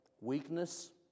Weakness